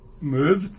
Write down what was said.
moved